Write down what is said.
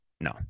No